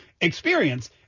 experience